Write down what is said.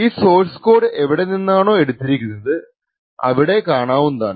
ഈ source code എവിടെനിന്നാണോ എടുത്തിരിക്കുന്നത് അവിടെ കാണാവുന്നതാണ്